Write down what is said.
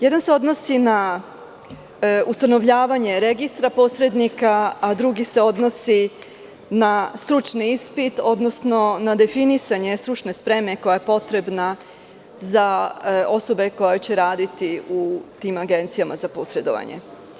Jedna se odnosi na ustanovljavanje registra posrednika, a druga se odnosi na stručni ispit, odnosno na definisanje stručne spreme koja je potrebna za osobe koje će raditi u tim agencijama za posredovanje.